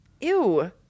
Ew